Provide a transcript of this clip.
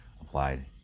applied